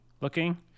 looking